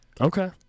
Okay